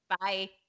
Bye